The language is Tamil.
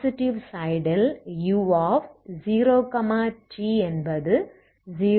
ஆகவே பாசிட்டிவ் சைடில் u0t என்பது 0 ஆகும்